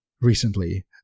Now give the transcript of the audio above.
recently